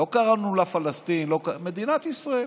לא קראנו לה פלסטין, למדינת ישראל.